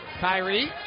Kyrie